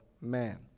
man